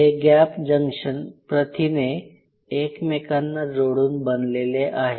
हे gap junction प्रथिने एकमेकांना जोडून बनलेले आहेत